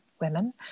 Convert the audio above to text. women